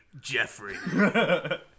Jeffrey